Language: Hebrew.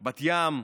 בת ים,